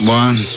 one